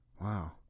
Wow